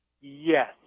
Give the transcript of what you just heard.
yes